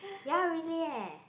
ya really eh